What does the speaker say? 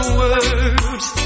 words